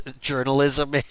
journalism